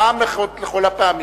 פעם אחת ולכל הפעמים,